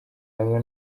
hamwe